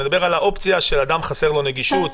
אני מדבר על האופציה שלאדם חסרה נגישות,